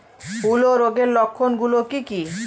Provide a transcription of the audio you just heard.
হূলো রোগের লক্ষণ গুলো কি কি?